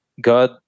God